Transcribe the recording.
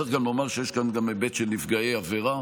צריך גם לומר שיש כאן גם היבט של נפגעי עבירה,